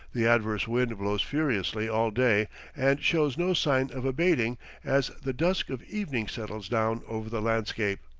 the adverse wind blows furiously all day and shows no signs of abating as the dusk of evening settles down over the landscape.